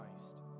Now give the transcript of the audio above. Christ